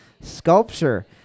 sculpture